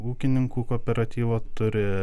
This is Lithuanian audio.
ūkininkų kooperatyvo turi